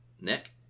Nick